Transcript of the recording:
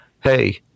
hey